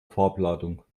farbladung